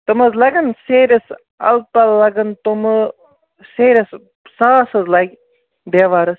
تِم حظ لَگن سیرٮ۪س اَلہٕ پلہٕ لَگن تِمہٕ سیرٮ۪س ساس حظ لَگہِ دیوارس